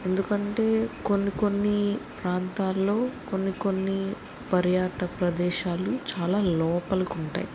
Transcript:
ఎందుకంటే కొన్ని కొన్ని ప్రాంతాలలో కొన్ని కొన్ని పర్యాటక ప్రదేశాలు చాలా లోపలికి ఉంటాయి